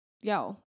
yo